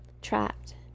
Trapped